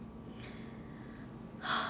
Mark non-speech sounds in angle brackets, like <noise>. <noise>